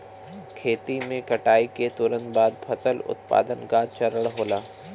खेती में कटाई के तुरंत बाद फसल उत्पादन का चरण होला